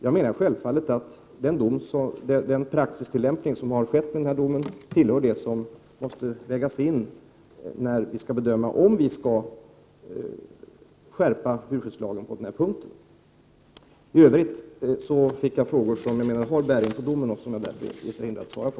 Jag menar med andra ord att praxis i denna dom självfallet tillhör sådant som kommer att vägas in när vi skall bedöma om vi skall skärpa djurskyddslagen på denna punkt. I övrigt fick jag frågor som har bäring på domen och som jag därför är förhindrad att svara på.